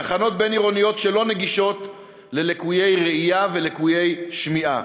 תחנות בין-עירוניות שלא נגישות ללקויי ראייה ולקויי שמיעה,